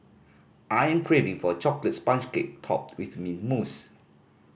I am craving for a chocolate sponge cake topped with mint mousse